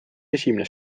esimene